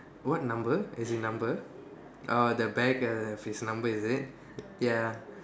what number as in number orh the back uh of his number is it ya